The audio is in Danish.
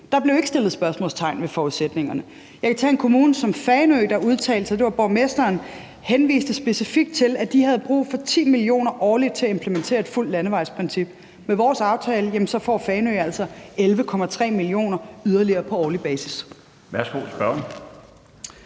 Der blev ikke stillet spørgsmål ved forudsætningerne. Jeg kan tage en kommune som Fanø Kommune, der udtalte sig. Det var borgmesteren, der specifikt henviste til, at de havde brug for 10 mio. kr. årligt til at implementere et fuldt landevejsprincip. Med vores aftale får Fanø altså 11,3 mio. kr. yderligere på årlig basis. Kl.